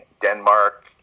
Denmark